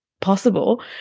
possible